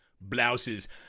Blouses